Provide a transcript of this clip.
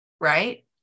Right